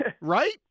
Right